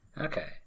Okay